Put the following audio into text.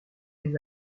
les